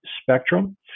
spectrum